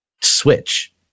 switch